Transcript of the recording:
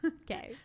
okay